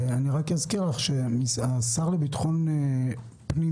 השר לביטחון פנים,